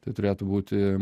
tai turėtų būti